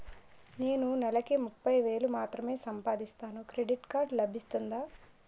నేను నెల కి ముప్పై వేలు మాత్రమే సంపాదిస్తాను క్రెడిట్ కార్డ్ లభిస్తుందా?